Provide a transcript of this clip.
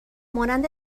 مانند